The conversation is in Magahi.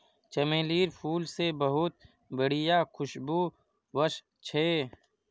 चमेलीर फूल से बहुत बढ़िया खुशबू वशछे